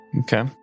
Okay